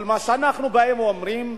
כל מה שאנחנו באים ואומרים: